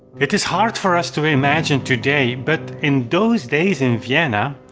it is hard for us to imagine today, but in days days in vienna,